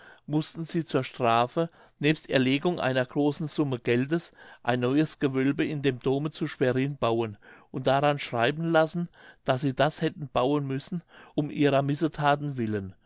mußten sie zur strafe nebst erlegung einer großen summe geldes ein neues gewölbe in dem dome zu schwerin bauen und daran schreiben lassen daß sie das hätten bauen müssen um ihrer missethaten willen